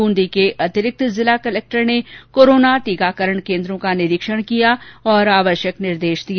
ब्रंदी को अतिरिक्त जिला कलेक्टर ने कोरोना टीकाकरण केन्द्रों का निरीक्षण किया तथा आवश्यक निर्देश दिए